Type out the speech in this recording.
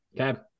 Okay